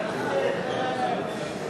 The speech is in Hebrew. גם אנחנו יכולים?